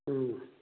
ꯎꯝ